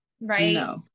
right